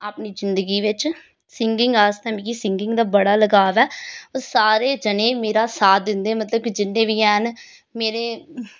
अपनी जिंदगी बिच्च सिंगिंग आस्तै मिगी सिंगिंग दा बड़ा लगाव ऐ सारे जने मेरा साथ दिंदे मतलब के जिन्ने बी हैन मेरे